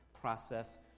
process